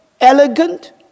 elegant